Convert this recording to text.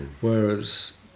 Whereas